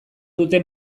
dute